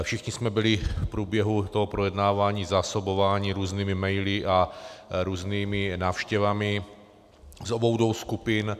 Všichni jsme byli v průběhu toho projednávání zásobováni různými maily a různými návštěvami z obou dvou skupin.